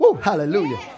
hallelujah